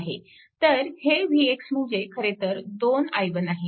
तर हे vx म्हणजे खरेतर 2i1 आहे